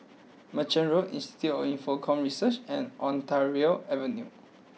Merchant Road Institute for Infocomm Research and Ontario Avenue